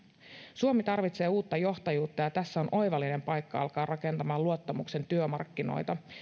suomi tarvitsee uutta johtajuutta ja tässä on oivallinen paikka alkaa rakentamaan luottamuksen työmarkkinoita